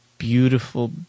beautiful